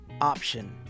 option